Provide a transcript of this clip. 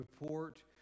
report